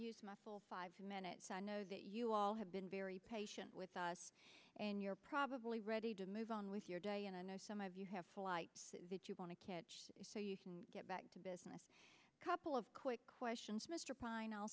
full five minutes i know that you all have been very patient with us and you're probably ready to move on with your day and i know some of you have polite did you want to catch it so you can get back to business couple of quick questions mr pruyn i'll